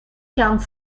gaan